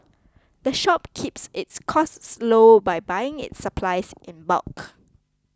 the shop keeps its costs low by buying its supplies in bulk